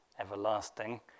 everlasting